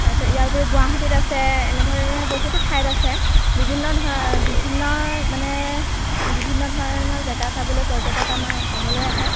তাৰপিছত ইয়াৰ উপৰিও গুৱাহাটীত আছে এনেধৰণে বহুতো ঠাইত আছে বিভিন্ন বিভিন্ন মানে বিভিন্ন ধৰণৰ জেগা চাবলৈ পৰ্যটক আমাৰ অসমলৈ আহে